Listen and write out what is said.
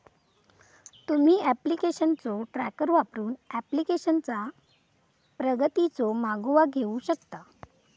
तुम्ही ऍप्लिकेशनचो ट्रॅकर वापरून ऍप्लिकेशनचा प्रगतीचो मागोवा घेऊ शकता